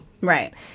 Right